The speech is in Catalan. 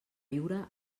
viure